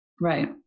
Right